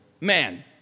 man